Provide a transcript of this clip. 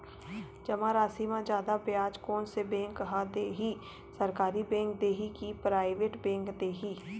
जमा राशि म जादा ब्याज कोन से बैंक ह दे ही, सरकारी बैंक दे हि कि प्राइवेट बैंक देहि?